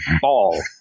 ball